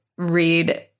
read